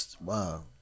wow